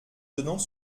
donnant